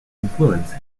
influence